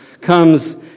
comes